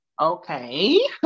okay